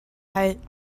height